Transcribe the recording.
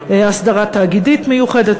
הסדרה תאגידית מיוחדת,